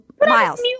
miles